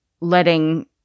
letting